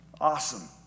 Awesome